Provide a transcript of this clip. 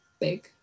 big